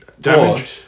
damage